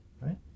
Right